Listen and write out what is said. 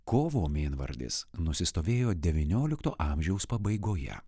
kovo mėnvardis nusistovėjo devyniolikto amžiaus pabaigoje